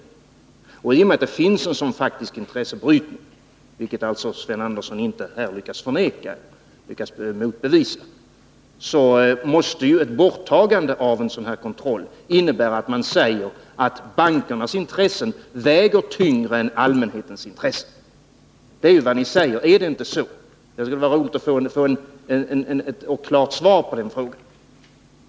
I och med att det finns en sådan faktisk intressebrytning, vilket Sven Andersson inte lyckats motbevisa, måste ju ett borttagande av kontrollen innebära att man säger att bankernas intressen väger tyngre än allmänhetens intressen. Är det inte så? Det skulle vara roligt att få ett klart svar på den frågan.